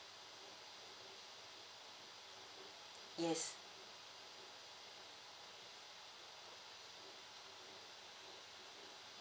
yes